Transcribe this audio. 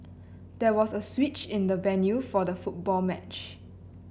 there was a switch in the venue for the football match